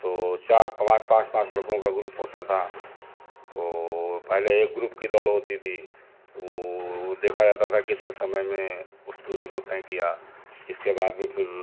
तो चार प्लास पाँच पाँच लड़कों का ग्रुप होता था तो पहले एक ग्रुप की दौड़ होती थी तो वो वो देखा जाता था कितने समय में उस दूरी को तय किया इसके बाद में फिर